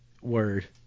word